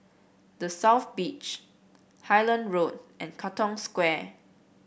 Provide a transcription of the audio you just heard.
The South Beach Highland Road and Katong Square